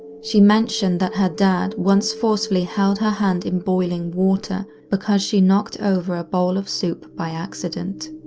she mentioned that her dad once forcefully held her hand in boiling water because she knocked over a bowl of soup by accident.